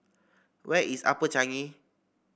where is Upper Changi